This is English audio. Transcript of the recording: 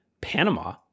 Panama